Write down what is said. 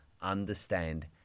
understand